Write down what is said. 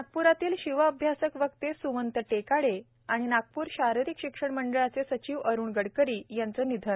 नागप्रातील शिव अभ्यासक वक्ते सुमंत टेकाडे आणि नागपूर शाररिक शिक्षण मंडळाचे सचिव अरुण गडकरी यांचं निधन